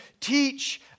teach